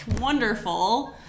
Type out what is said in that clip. wonderful